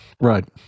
right